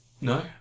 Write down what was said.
No